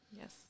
Yes